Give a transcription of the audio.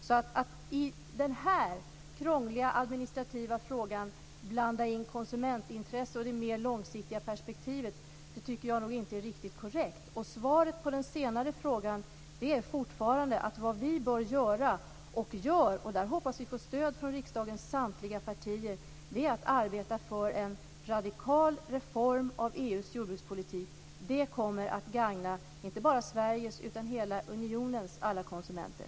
Att i denna krångliga administrativa fråga blanda in konsumentintresset och det mer långsiktiga perspektivet tycker jag nog inte är riktigt korrekt. Svaret på den senare frågan är fortfarande att vad vi bör göra och gör - och i fråga om detta hoppas vi få stöd från riksdagens samtliga partier - är att arbeta för en radikal reform av EU:s jordbrukspolitik. Det kommer att gagna inte bara Sveriges utan hela unionens alla konsumenter.